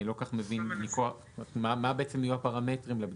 אני לא מבין מה יהיו הפרמטרים לבדיקה.